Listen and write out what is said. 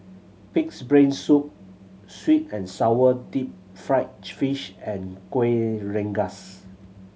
Pig's Brain Soup sweet and sour deep fried fish and Kueh Rengas